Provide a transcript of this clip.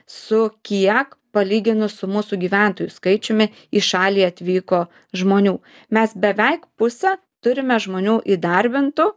su kiek palyginus su mūsų gyventojų skaičiumi į šalį atvyko žmonių mes beveik pusę turime žmonių įdarbintų